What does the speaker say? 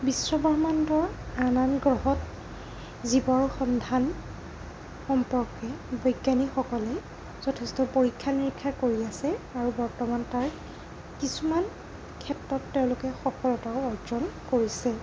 বিশ্বব্ৰহ্মাণ্ডৰ আন আন গ্ৰহত জীৱৰ সন্ধান সম্পৰ্কে বৈজ্ঞানিকসকলে যথেষ্ট পৰীক্ষা নিৰীক্ষা কৰি আছে আৰু বৰ্তমান তাৰ কিছুমান ক্ষেত্ৰত তেওঁলোকে কিছুমান সফলতাও অৰ্জন কৰিছে